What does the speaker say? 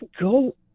go